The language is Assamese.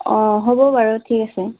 অঁ হ'ব বাৰু ঠিক আছে